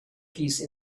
piece